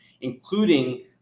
including